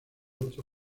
otro